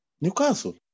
Newcastle